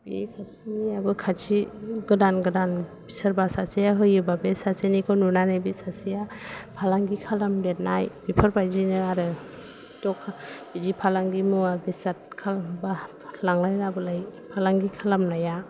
बे खाथिनियाबो खाथि गोदान गोदान सोरबा सासेया होयोबा बे सासेनिखौ नुनानै बै सासेया फालांगि खालामदेरनाय बेफोर बायदिनो आरो द'खान बिदि फालांगि मुवा बेसाद खालामबा लांलाय लाबोलाय फालांगि खालामानाया